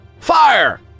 Fire